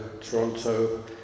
Toronto